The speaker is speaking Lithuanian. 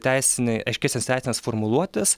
teisinė aiškesnės teisinės formuluotės